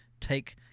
take